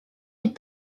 ils